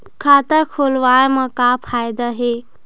खाता खोलवाए मा का फायदा हे